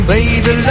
Baby